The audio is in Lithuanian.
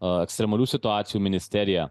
ekstremalių situacijų ministerija